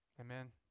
Amen